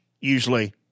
usually